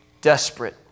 desperate